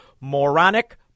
moronic